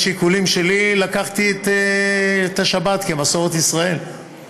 בשיקולים שלי לקחתי את השבת כמסורת ישראל.